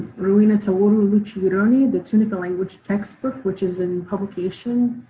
rowinataworu luhchi yoroni the tunica language textbook which is in publication.